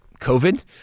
covid